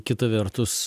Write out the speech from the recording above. kita vertus